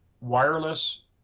wireless